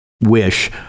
wish